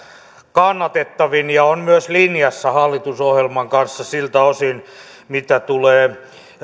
kannatettavin ja on myös linjassa hallitusohjelman kanssa siltä osin mitä tulee